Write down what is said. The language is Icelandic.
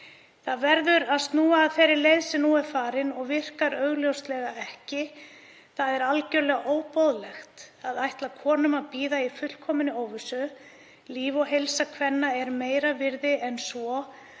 Það verður að snúa af þeirri leið sem nú er farin og virkar augljóslega ekki. Það er algerlega óboðlegt að ætla konum að bíða í fullkominni óvissu. Líf og heilsa kvenna er meira virði en svo